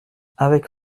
avec